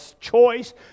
choice